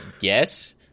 Yes